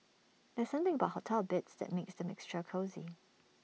there's something about hotel beds that makes them extra cosy